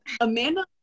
Amanda